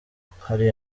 hari